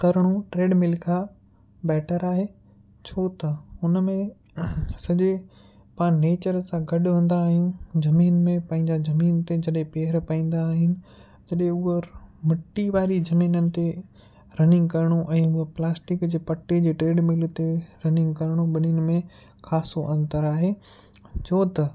करिणो ट्रेडमिल खां बेटर आहे छो त हुनमें सॼे पाण नेचर सां गॾु हूंदा आहियूं ज़मीन में पंहिंजा ज़मीन ते जॾहिं पैर पईंदा आहिनि जॾहिं उहे मिट्टी वारी ज़मीननि ते रनिंग करिणो ऐं उहो प्लास्टिक जे पट्टे जे ट्रेडमिल ते रनिंग करिणो ॿिन्हिनि में ख़ासो अंतरु आहे छो त